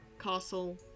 Castle